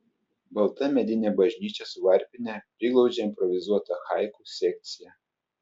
balta medinė bažnyčia su varpine priglaudžia improvizuotą haiku sekciją